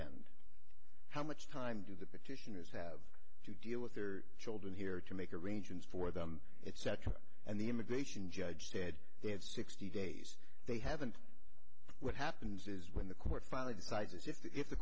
end how much time do the petitioners have to deal with their children here to make arrangements for them etc and the immigration judge said they have sixty days they haven't what happens is when the court finally decides i